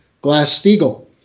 Glass-Steagall